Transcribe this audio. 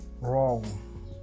wrong